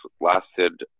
lasted